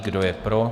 Kdo je pro?